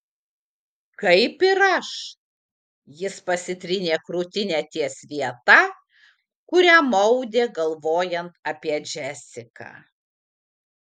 kaip ir aš jis pasitrynė krūtinę ties vieta kurią maudė galvojant apie džesiką